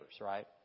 Right